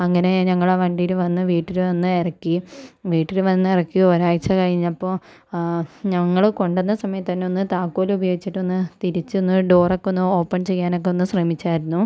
അങ്ങനെ ഞങ്ങൾ ആ വണ്ടിയിൽ വന്ന് വീട്ടിൽ വന്ന് ഇറക്കി വീട്ടിൽ വന്ന് ഇറക്കി ഒരാഴ്ച കഴിഞ്ഞപ്പോൾ ഞങ്ങൾ കൊണ്ട് വന്ന സമയത്ത് തന്നെ ഒന്ന് താക്കോൽ ഉപയോഗിച്ചിട്ട് ഒന്ന് തിരിച്ചൊന്ന് ഡോറൊക്കെ ഒന്ന് ഓപ്പൺ ചെയ്യാൻ ഒക്കെ ഒന്ന് ശ്രമിച്ചതായിരുന്നു